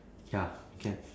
ya can